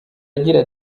agira